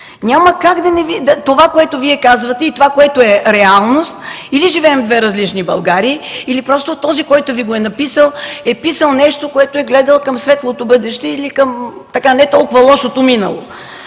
Няма как това, което Вие казвате и това, което е реалност – или живеем в две различни Българии, или просто този, който Ви го е написал, е писал нещо, като е гледал към светлото бъдеще или към не толкова лошото минало.